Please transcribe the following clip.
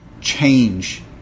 change